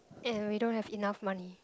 and we don't have enough money